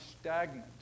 stagnant